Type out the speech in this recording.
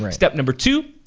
um step number two,